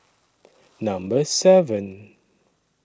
Number seven